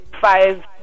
Five